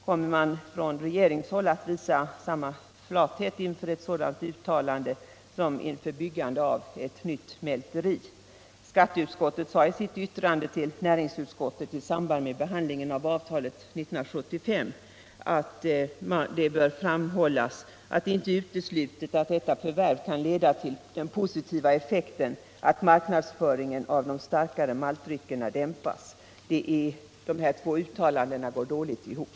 Kommer man från regeringshåll att visa samma flathet inför ett sådant uttalande som inför byggande av nytt mälteri? Skatteutskottet sade i sitt yttrande till näringsutskottet i samband med behandlingen av avtalet 1975 att det bör framhållas att det inte är uteslutet att detta förvärv kan leda till den positiva effekten att marknadsföringen av de starkare maltdryckerna dämpas. De här två uttalandena går dåligt ihop.